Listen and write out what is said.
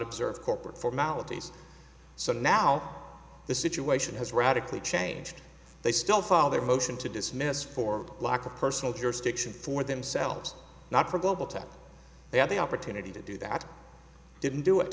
observe corporate formalities so now the situation has radically changed they still file their motion to dismiss for lack of personal jurisdiction for themselves not for global tech they have the opportunity to do that didn't do it